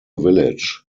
village